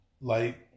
light